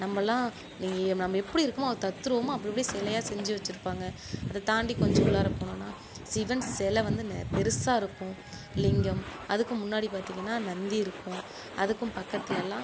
நம்பளாம் நீங்கள் நம்ப எப்படி இருக்கோமோ தத்ரூபமாக அப்படி அப்படி சிலையா செஞ்சு வச்சுருப்பாங்க அதைத்தாண்டி கொஞ்சம் உள்ளாரே போனோன்னால் சிவன் செலை வந்து நெ பெருசாயிருக்கும் லிங்கம் அதுக்கு முன்னாடி பார்த்திங்கன்னா நந்தி இருக்கும் அதுக்கும் பக்கத்திலலா